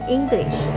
English